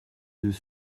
deux